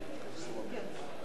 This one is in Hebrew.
אני סוגר את רשימת